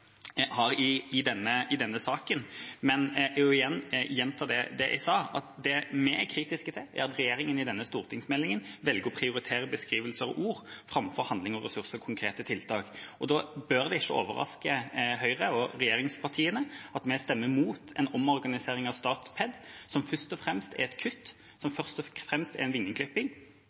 har i denne saken. Men jeg vil gjenta det jeg sa, at det vi er kritiske til, er at regjeringa i denne stortingsmeldinga velger å prioritere beskrivelser og ord framfor handling og ressurser til konkrete tiltak. Da bør det ikke overraske Høyre og regjeringspartiene at vi stemmer imot en omorganisering av Statped og motsetter oss dette, som først og fremst er et kutt, som først og fremst er en vingeklipping,